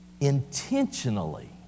intentionally